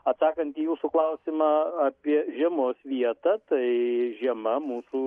atsakant į jūsų klausimą apie žiemos vietą tai žiema mūsų